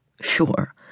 sure